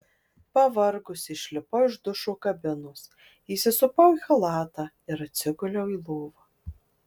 pavargusi išlipau iš dušo kabinos įsisupau į chalatą ir atsiguliau į lovą